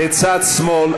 בצד שמאל,